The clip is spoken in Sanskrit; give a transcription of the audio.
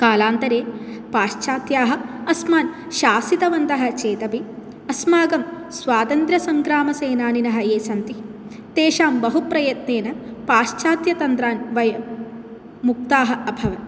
कालान्तरे पाश्चात्याः अस्मान् शासितवन्तः चेदपि अस्माकं स्वातन्त्र्यसङ्ग्रामसेनानिनः ये सन्ति तेषां बहुप्रयत्नेन पाश्चात्यतन्त्रान् वयं मुक्ताः अभवन्